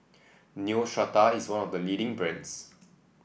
Neostrata is one of the leading brands